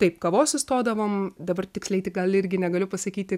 taip kavos sustodavom dabar tiksliai tik gal irgi negaliu pasakyti